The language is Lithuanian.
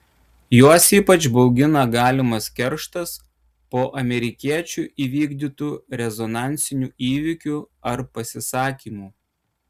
juos ypač baugina galimas kerštas po amerikiečių įvykdytų rezonansinių įvykių ar pasisakymų